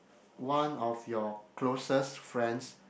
one of your closest friends